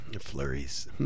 Flurries